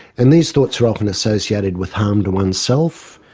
and these thoughts are often associated with harm to oneself,